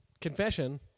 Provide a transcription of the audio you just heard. confession